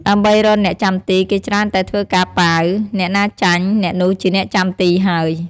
ដើម្បីរកអ្នកចាំទី គេច្រើនតែធ្វើការប៉ាវ ហើយអ្នកណាចាញ់ អ្នកនោះជាអ្នកចាំទីហើយ។